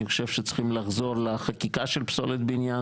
אני חושב שצריך לחזור לחקיקה של פסולת בניין,